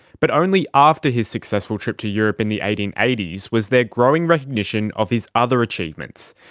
but only after his successful trip to europe in the eighteen eighty s was there growing recognition of his other achievements.